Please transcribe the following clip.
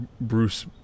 Bruce